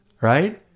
right